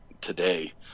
today